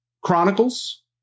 Chronicles